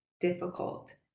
difficult